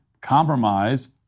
compromise